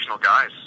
guys